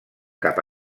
cap